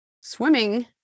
swimming